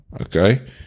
okay